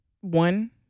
One